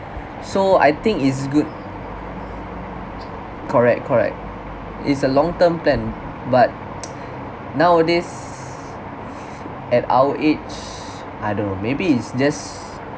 so I think it's good correct correct it's a long term plan but nowadays at our age I don't know maybe it's just